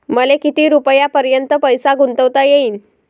मले किती रुपयापर्यंत पैसा गुंतवता येईन?